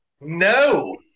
No